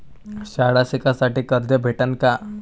शाळा शिकासाठी कर्ज भेटन का?